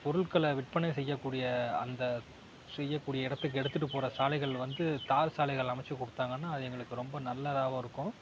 பொருட்களை விற்பனை செய்யக்கூடிய அந்த செய்யக்கூடிய இடத்துக்கு எடுத்துகிட்டு போகிற சாலைகள் வந்து தார் சாலைகள் அமைச்சு கொடுத்தாங்கன்னா அது எங்களுக்கு ரொம்ப நல்லதாவும் இருக்கும்